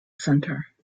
centre